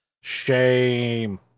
Shame